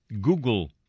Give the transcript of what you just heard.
Google